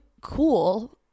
cool